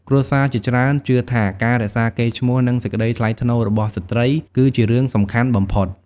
គ្រួសារជាច្រើនជឿថាការរក្សាកេរ្តិ៍ឈ្មោះនិងសេចក្តីថ្លៃថ្នូររបស់ស្ត្រីគឺជារឿងសំខាន់បំផុត។